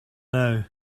now